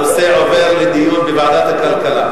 הנושא עובר לדיון בוועדת הכלכלה.